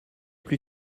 plus